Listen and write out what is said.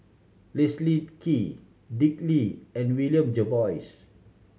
Leslie Kee Dick Lee and William Jervois